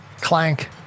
Clank